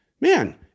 man